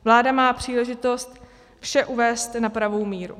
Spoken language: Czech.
Vláda má příležitost vše uvést na pravou míru.